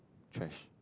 trash